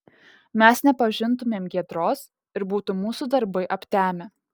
mes nepažintumėm giedros ir būtų mūsų darbai aptemę